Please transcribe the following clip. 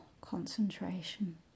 concentration